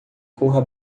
corra